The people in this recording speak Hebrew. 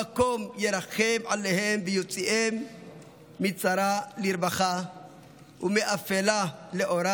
המקום ירחם עליהם ויוציאם מצרה לִרְוָחה ומאפלה לאורה